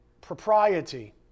propriety